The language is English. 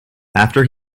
after